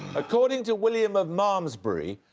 according to william of malmesbury,